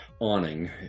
awning